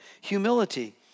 Humility